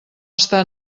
està